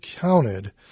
counted